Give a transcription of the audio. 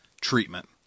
treatment